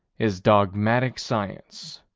is dogmatic science.